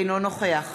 אינו נוכח